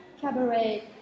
cabaret